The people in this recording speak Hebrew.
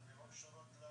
אני רק אתייחס ברשותכם,